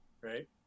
Right